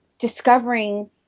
discovering